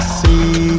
see